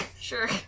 Sure